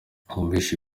wumvise